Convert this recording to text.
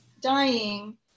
dying